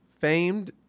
Famed